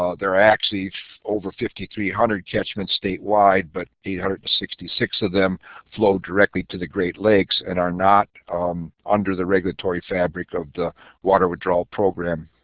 ah there are actually over fifty-three hundred catchments statewide, but eight hundred and sixty six ah them flow directly to the great lakes and are not under the regulatory fabric of the water withdrawal program.